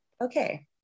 okay